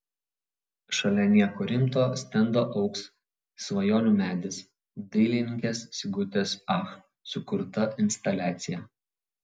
šalia nieko rimto stendo augs svajonių medis dailininkės sigutės ach sukurta instaliacija